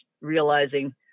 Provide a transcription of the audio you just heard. realizing